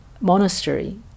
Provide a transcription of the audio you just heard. monastery